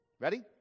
Ready